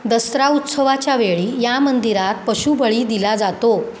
दसरा उत्सवाच्या वेळी या मंदिरात पशुभळी दिला जातो